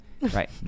Right